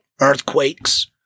earthquakes